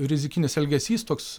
rizikinis elgesys toks